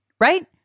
right